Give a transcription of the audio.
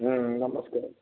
ହୁଁ ନମସ୍କାର